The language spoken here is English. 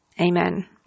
Amen